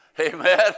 Amen